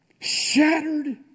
shattered